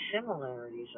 similarities